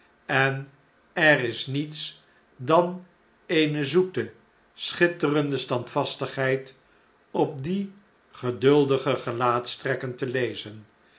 en er is niets dan eene zoete schitterende standvastigheid op die geduldige gelaatstrekken te lezen